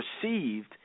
perceived